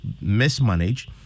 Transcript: mismanage